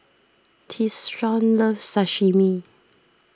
Tyshawn loves Sashimi